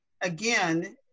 again